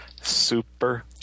Super